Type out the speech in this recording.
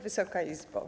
Wysoka Izbo!